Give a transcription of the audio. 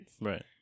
Right